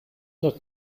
not